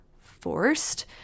forced